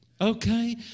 Okay